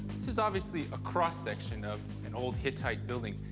this is obviously a cross section of an old hittite building.